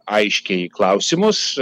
aiškiai į klausimus